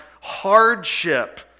hardship